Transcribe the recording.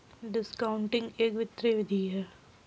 discounting एक वित्तीय विधि है